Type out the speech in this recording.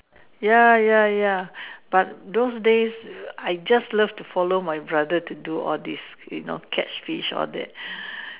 ya ya ya but those days I just love to follow my brother to do all these you know catch fish all that